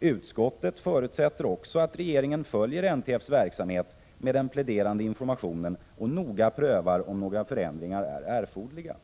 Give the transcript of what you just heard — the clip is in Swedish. Utskottet förutsätter också att regeringen följer NTF:s verksamhet med den pläderande infomationen och noga prövar om några förändringar är erforderliga.